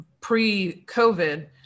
pre-COVID